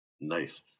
Nice